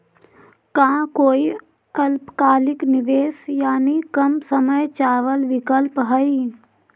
का कोई अल्पकालिक निवेश यानी कम समय चावल विकल्प हई?